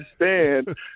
understand